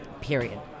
period